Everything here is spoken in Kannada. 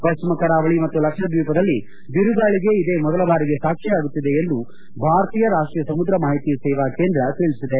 ಪ್ಲಿಮ ಕರಾವಳಿ ಮತ್ತು ಲಕ್ಷದ್ನೀಪದಲ್ಲಿ ಬಿರುಗಾಳಿಗೆ ಇದೇ ಮೊದಲ ಬಾರಿಗೆ ಸಾಕ್ಷಿಯಾಗುತ್ತಿದೆ ಎಂದು ಭಾರತೀಯ ರಾಷ್ಷೀಯ ಸಮುದ್ರ ಮಾಹಿತಿ ಸೇವಾ ಕೇಂದ್ರ ತಿಳಿಸಿದೆ